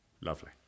Lovely